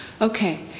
Okay